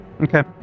Okay